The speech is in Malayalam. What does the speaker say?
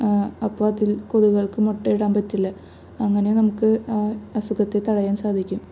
അപ്പോൾ അതില് കൊതുകുകള്ക്ക് മുട്ടയിടാൻ പറ്റില്ല അങ്ങനെ നമുക്ക് അസുഖത്തെ തടയാന് സാധിക്കും